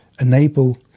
enable